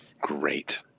great